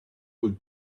could